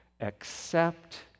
accept